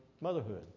motherhood